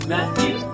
Matthew